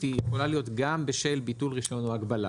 יכולה להיות גם בשל ביטול רישיון או הגבלה.